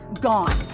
gone